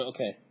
Okay